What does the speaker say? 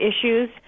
issues